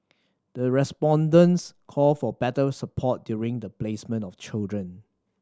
the respondents called for better support during the placement of children